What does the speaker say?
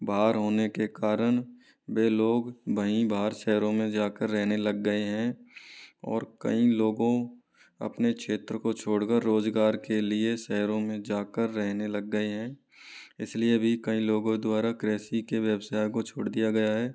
बाहर होने के कारण वे लोग वहीं भार शहरों में जा कर रहने लग गए हैं और कई लोगों अपने क्षेत्र को छोड़ कर रोज़गार के लिए शहरों में जा कर रहने लग गए हैं इस लिए भी कई लोगों द्वारा कृषि के व्यवसाय को छोड़ दिया गया है